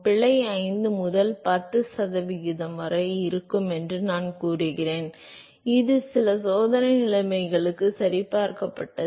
பிழை ஐந்து முதல் பத்து சதவிகிதம் வரை இருக்கும் என்று நான் கூறுவேன் இது சில சோதனை நிலைமைகளுக்கு சரிபார்க்கப்பட்டது